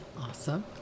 Awesome